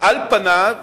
על פניו,